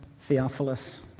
Theophilus